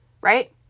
right